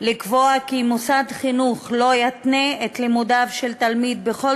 לקבוע כי מוסד חינוך לא יתנה את לימודיו של תלמיד בכל